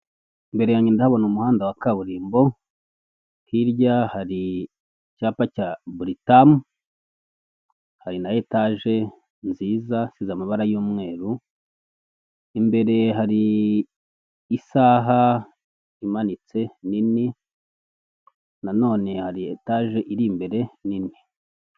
Imbere yange ndahabona umuhanda wa kaburimbo, hirya hari icyapa cya buritamu, hari na etage nziza isize amabara y'umweru. Imbere hari isaha imanitse Nini nanone hari itage iri imbere Nini.